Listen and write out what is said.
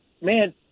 man